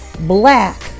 black